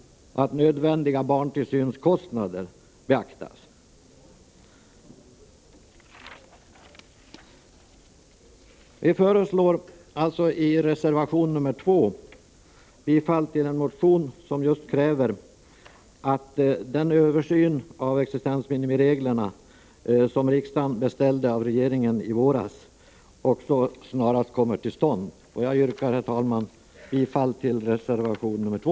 Nödvändiga barntillsynskostnader bör också beaktas. Vi föreslår i reservation nr 2 bifall till en motion som just kräver att den översyn av existensminimireglerna som riksdagen beställde av regeringen i våras snarast kommer till stånd, och jag yrkar, herr talman, bifall till reservation nr 2.